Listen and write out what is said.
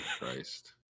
Christ